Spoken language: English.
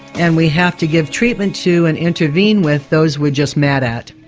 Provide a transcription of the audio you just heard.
and we have to give treatment to and intervene with those we're just mad at.